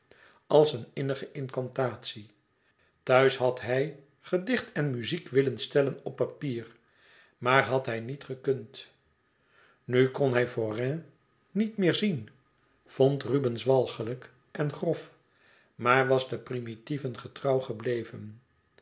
als een innige incantatie thuis had hij gedicht en muziek willen stellen op papier e ids aargang maar had hij niet gekund nu kon hij forain niet meer zien vond rubens walgelijk en grof maar was de primitieven getrouw gebleven